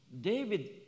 David